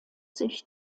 sich